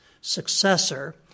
successor